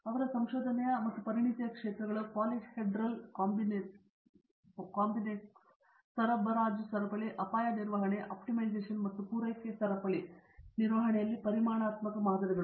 ಅವರ ಸಂಶೋಧನೆಯ ಮತ್ತು ಪರಿಣತಿಯ ಕ್ಷೇತ್ರಗಳು ಪಾಲಿಹೆಡ್ರಲ್ ಕಾಂಬಿನೆನಿಕ್ಸ್ ಸರಬರಾಜು ಸರಪಳಿ ಅಪಾಯ ನಿರ್ವಹಣೆ ಆಪ್ಟಿಮೈಸೇಶನ್ ಮತ್ತು ಪೂರೈಕೆ ಸರಪಳಿ ನಿರ್ವಹಣೆಯಲ್ಲಿ ಪರಿಮಾಣಾತ್ಮಕ ಮಾದರಿಗಳು